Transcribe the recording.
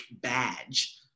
badge